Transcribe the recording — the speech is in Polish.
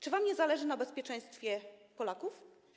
Czy wam nie zależy na bezpieczeństwie Polaków?